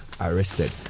arrested